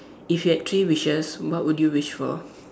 if you had three wishes what would you wish for